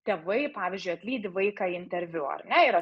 tėvai pavyzdžiui atlydi vaiką į interviu ar ne yra